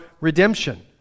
redemption